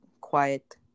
quiet